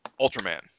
Ultraman